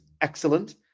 excellent